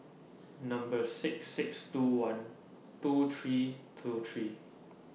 Number six six two one two three two three